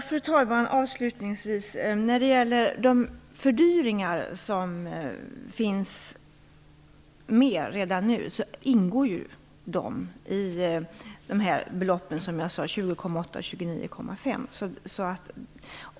Fru talman! Avslutningsvis vill jag säga att de fördyringar som finns med redan nu ingår i de belopp jag nämnde - 20,8 och 29,5 miljarder.